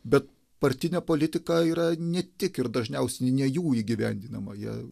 bet partinė politika yra ne tik ir dažniausiai ne jų įgyvendinama jie